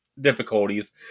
difficulties